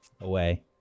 away